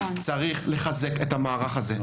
יש לחזק את המערך הזה.